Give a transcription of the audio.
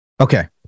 Okay